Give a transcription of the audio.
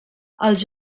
els